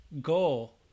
goal